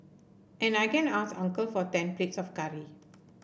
and I can ask uncle for ten plates of curry